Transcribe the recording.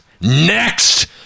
Next